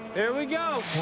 here we go.